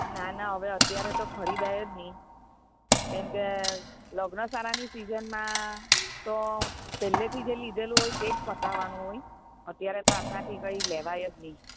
ના ના હવે અત્યારે તો ખરીદાય જ નહીં કેમ કે લગ્નસરાની સીઝનમાં તો પહેલેથી જે લીધેલું હોય તે જ બતાવવાનું હોય અત્યારે તો આપણાથી કઈ લેવાય જ નહીં